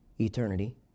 eternity